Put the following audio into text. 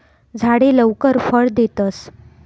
झाडे लवकर फळ देतस